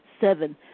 Seven